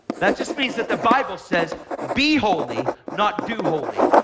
that just means that the bible says be holy, not do holy.